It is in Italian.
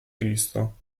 cristo